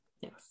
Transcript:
yes